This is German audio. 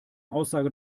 aussage